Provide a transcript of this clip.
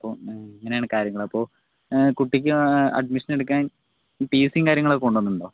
അപ്പോൾ അങ്ങനെയാണ് കാര്യങ്ങൾ അപ്പോൾ കുട്ടിക്ക് അഡ്മിഷനെടുക്കാൻ ടിസിയും കാര്യങ്ങളൊക്കെ കൊണ്ടുവന്നിട്ടുണ്ടോ